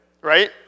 Right